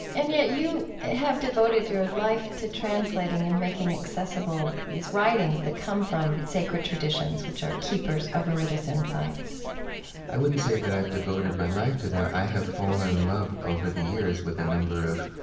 and yet you have devoted your life to translating and making accessible these writings that come from sacred traditions, which are keepers of religious insights i wouldn't say that i've devoted my life to them. i have fallen in love over the years with a number of